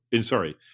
Sorry